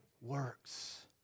works